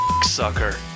sucker